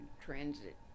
transit